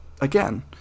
Again